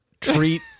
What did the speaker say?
treat